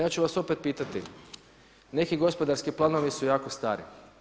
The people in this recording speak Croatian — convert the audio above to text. Ja ću vas opet pitati, neki gospodarski planovi su jako stari.